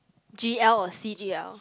g_l or c_g_l